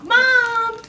Mom